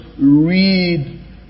read